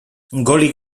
golik